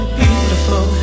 beautiful